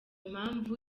impamvu